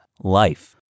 Life